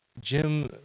Jim